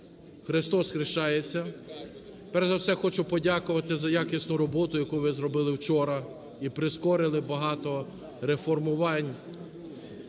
Христосхрещається! Перш за все хочу подякувати за якісну роботу, яку ви зробили вчора, і прискорили багато реформувань